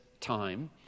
time